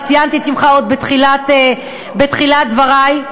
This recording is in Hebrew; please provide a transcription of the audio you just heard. ציינתי את שמך עוד בתחילת דברי.